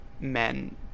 Men